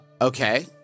Okay